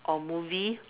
or movie